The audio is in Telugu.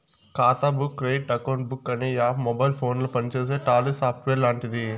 ఖాతా బుక్ క్రెడిట్ అకౌంట్ బుక్ అనే యాప్ మొబైల్ ఫోనుల పనిచేసే టాలీ సాఫ్ట్వేర్ లాంటిది